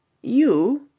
you,